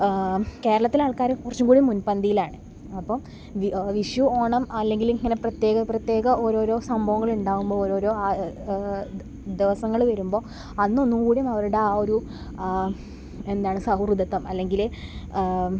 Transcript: കേരളത്തിലെ ആൾക്കാർ കുറച്ച് കൂടി മുൻപന്തിയിലാണ് അപ്പോൾ വിഷു ഓണം അല്ലെങ്കിൽ ഇങ്ങനെ പ്രത്യേക പ്രത്യേക ഓരോരോ സംഭവങ്ങൾ ഉണ്ടാകുമ്പോൾ ഓരോരോ ദിവസങ്ങൾ വരുമ്പോൾ അന്ന് ഒന്നു കൂടി അവരുടെ ആ ഒരു എന്താണ് സൗഹൃദത്വം അല്ലെങ്കിൽ